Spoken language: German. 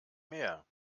mehr